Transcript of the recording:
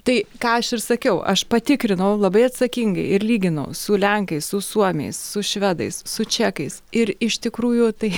tai ką aš ir sakiau aš patikrinau labai atsakingai ir lyginau su lenkais su suomiais su švedais su čekais ir iš tikrųjų tai